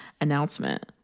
announcement